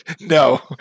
No